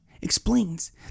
explains